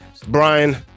brian